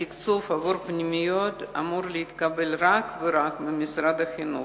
התקצוב עבור פנימיות אמור להתקבל אך ורק ממשרד החינוך.